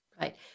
Right